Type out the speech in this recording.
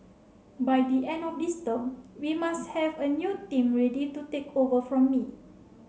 by the end of this term we must have a new team ready to take over from me